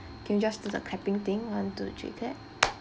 can we just do the clapping thing one two three clap